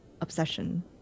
obsession